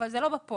אבל זה לא בפועל,